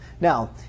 Now